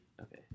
Okay